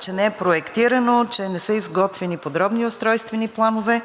че не е проектирано, че не са изготвени подробни устройствени планове.